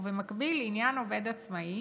ובמקביל, לעניין עובד עצמאי